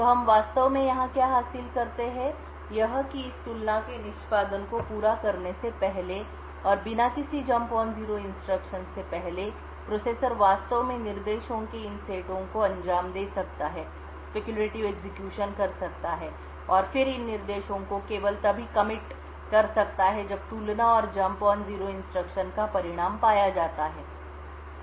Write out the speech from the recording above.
तो हम वास्तव में यहां क्या हासिल करते हैं यह है कि इस तुलना के निष्पादन को पूरा करने से पहले और बिना किसी जंप ऑन जीरो इंस्ट्रक्शन से पहले प्रोसेसर वास्तव में निर्देशों के इन सेटों को अंजाम दे सकता है स्पेक्युलेटिव एग्जीक्यूशन और फिर इन निर्देशों को केवल तभी कमिट प्रतिबद्ध कर सकता है जब तुलना और जंप ऑन जीरो इंस्ट्रक्शन का परिणाम पाया जाता है